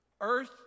earth